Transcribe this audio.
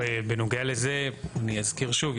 בנוגע לזה אני אזכיר שוב,